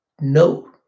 no